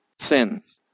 sins